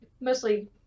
mostly